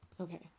Okay